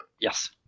Yes